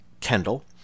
kendall